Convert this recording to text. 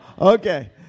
Okay